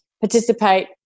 participate